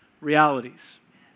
realities